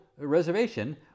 reservation